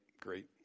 great